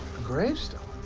gravestone?